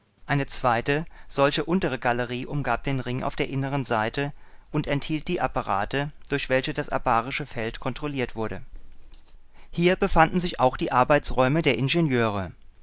eine zweite solche untere galerie umgab den ring auf der inneren seite und enthielt die apparate durch welche das abarische feld kontrolliert wurde hier befanden sich auch die arbeitsräume der ingenieure